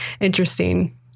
interesting